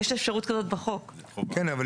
זה לא ניתן לבצע את זה תפעולית.